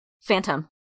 Phantom